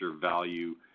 value